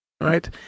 right